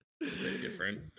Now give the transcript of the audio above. different